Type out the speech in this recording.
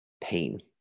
pain